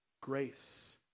grace